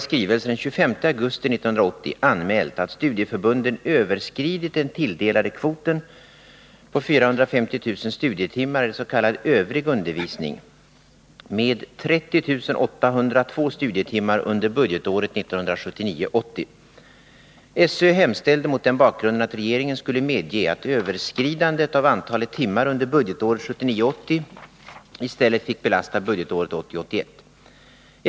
studieförbunden överskridit den tilldelade kvoten på 450 000 studietimmar i s.k. övrig undervisning med 30 802 studietimmar under budgetåret 1979 80 i stället fick belasta budgetåret 1980/81.